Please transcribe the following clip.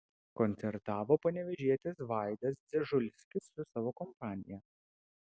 koncertavo panevėžietis vaidas dzežulskis su savo kompanija